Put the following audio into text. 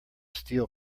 steel